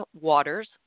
Waters